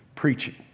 preaching